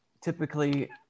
typically